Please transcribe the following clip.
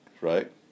Right